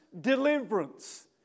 deliverance